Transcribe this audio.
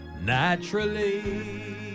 naturally